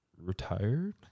retired